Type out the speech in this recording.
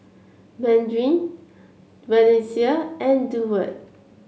Marin Valencia and Durward